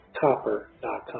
copper.com